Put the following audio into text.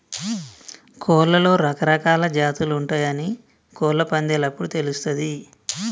కోడ్లలో రకరకాలా జాతులు ఉంటయాని కోళ్ళ పందేలప్పుడు తెలుస్తది